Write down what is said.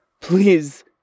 Please